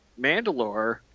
mandalore